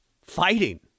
Fighting